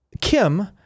Kim